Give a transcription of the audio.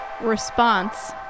response